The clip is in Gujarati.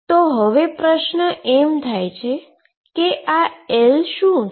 તો હવે પ્રશ્ન એમ છે કે L શું છે